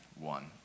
one